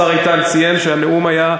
השר איתן ציין שהנאום היה,